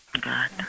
God